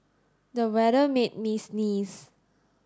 the weather made me sneeze